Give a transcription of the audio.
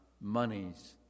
monies